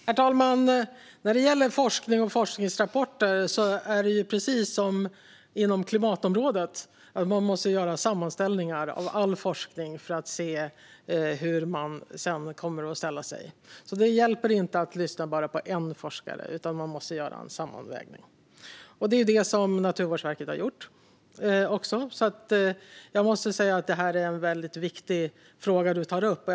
Herr talman! När det gäller forskning och forskningsrapporter är det precis som inom klimatområdet; man måste göra sammanställningar av all forskning för att se hur man sedan ska ställa sig. Det hjälper alltså inte att lyssna på bara en forskare. Man måste göra en sammanvägning. Och det är det Naturvårdsverket har gjort. Det är en väldigt viktig fråga som du tar upp, Runar Filper.